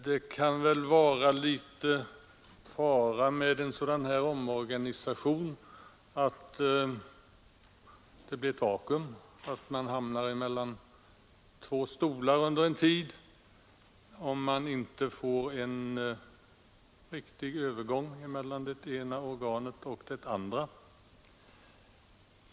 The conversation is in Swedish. Det kan vara en viss fara förenad med en sådan här omorganisation, nämligen att det blir ett vacuum, att man hamnar mellan två stolar under en tid om det inte blir en riktig övergång mellan det ena organet och det andra.